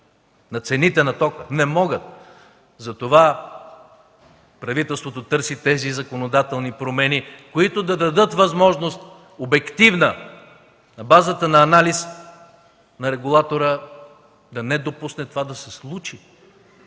както се искаше? Не могат. Затова правителството търси тези законодателни промени, които да дадат обективна възможност, на базата на анализ на регулатора да не допусне това да се случи